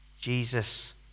Jesus